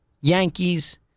Yankees